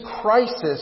crisis